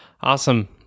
awesome